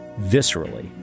viscerally